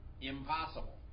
impossible